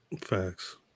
facts